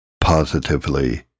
Positively